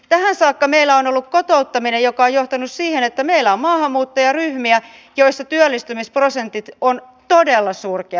tähän saakka meillä on ollut kotouttaminen joka on johtanut siihen että meillä on maahanmuuttajaryhmiä joissa työllistymisprosentit ovat todella surkeat